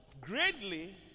Greatly